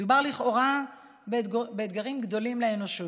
מדובר לכאורה באתגרים גדולים לאנושות,